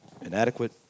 inadequate